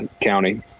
County